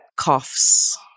Coughs